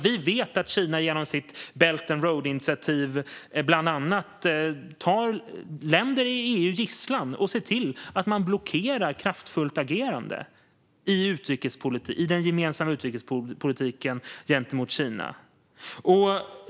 Vi vet att Kina genom sitt Belt and Road-initiativ bland annat tar länder i EU som gisslan och ser till att de blockerar kraftfullt agerande i den gemensamma utrikespolitiken gentemot Kina.